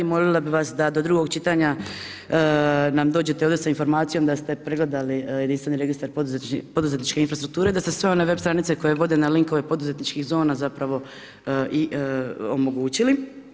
Molila bih vas da do drugog čitanja nam dođete ovdje sa informacijom da ste pregledali jedinstveni registar poduzetničke infrastrukture da se sve one web stranice koje vode na linkove poduzetničkih zona zapravo i omogućili.